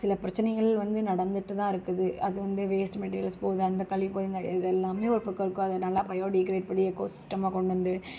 சில பிரச்சினைகள் வந்து நடந்துகிட்டுதான் இருக்குது அதுவந்து வேஸ்ட் மெட்டிரியல்ஸ் போகுது அந்த கழிவு போய் இதெல்லாமே ஒருபக்கம் இருக்கும் அது நல்லா பயோடிக்ரியேட் பண்ணி எக்கோ சிஸ்ட்டமாக கொண்டுவந்து